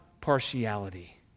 partiality